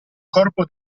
corpo